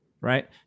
right